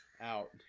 out